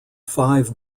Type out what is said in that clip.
five